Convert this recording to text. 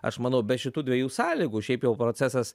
aš manau be šitų dviejų sąlygų šiaip jau procesas